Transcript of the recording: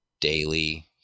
daily